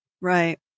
right